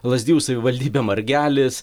lazdijų savivaldybė margelis